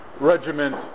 regiment